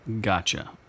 Gotcha